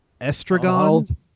Estragon